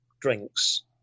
drinks